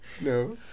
No